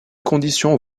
conditions